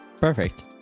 Perfect